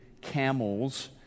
camels